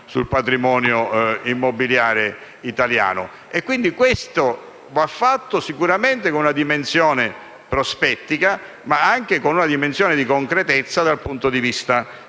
sul patrimonio immobiliare italiano. Questo lavoro va fatto sicuramente con una dimensione prospettica, ma anche con una dimensione di concretezza dal punto di vista delle